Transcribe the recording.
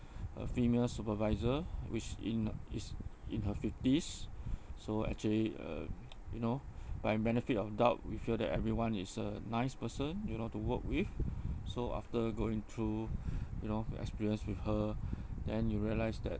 a female supervisor which in is in her fifties so actually uh you know by benefit of doubt we feel that everyone is a nice person you know to work with so after going through you know your experience with her then you realised that